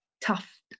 tough